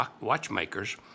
watchmakers